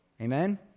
Amen